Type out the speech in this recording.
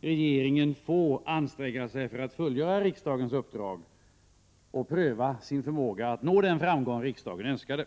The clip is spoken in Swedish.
regeringen först få anstränga sig för att fullgöra det uppdrag som riksdagen givit och pröva sin förmåga att nå den framgång som riksdagen önskade.